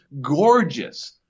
gorgeous